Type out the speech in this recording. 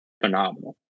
phenomenal